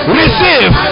receive